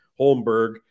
Holmberg